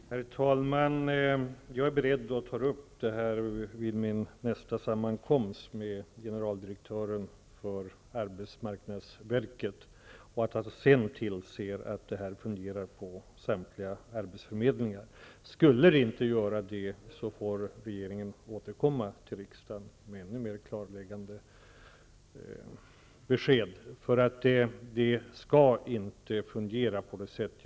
Herr talman! Jag är beredd att ta upp detta vid min nästa sammankomst med generaldirektören för arbetsmarknadsverket, så att han sedan tillser att detta fungerar på samtliga arbetsförmedlingar. Skulle det inte göra det får regeringen återkomma till riksdagen med ännu mer klarläggande besked. Det skall nämligen inte fungera på detta sätt.